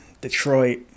Detroit